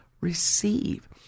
receive